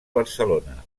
barcelona